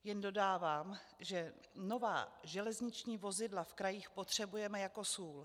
Jen dodávám, že nová železniční vozidla v krajích potřebujeme jako sůl.